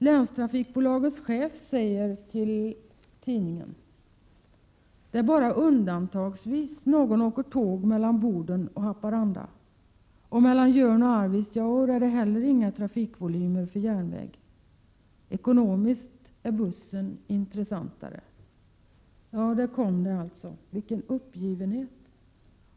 Länstrafikbolagets chef säger i tidningen: Det är bara undantagsvis någon åker tåg mellan Boden och Haparanda. Och mellan Jörn och Arvidsjaur är det heller inga trafikvolymer för järnväg. Ekonomiskt är bussen intressantare. Vilken uppgivenhet!